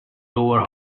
lower